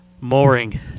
Mooring